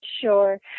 Sure